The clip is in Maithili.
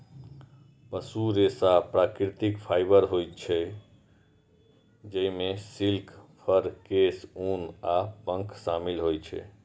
पशु रेशा प्राकृतिक फाइबर होइ छै, जइमे सिल्क, फर, केश, ऊन आ पंख शामिल होइ छै